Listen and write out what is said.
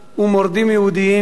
מורדים יהודים,